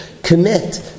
Commit